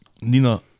Nina